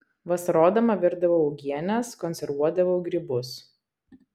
vasarodama virdavau uogienes konservuodavau grybus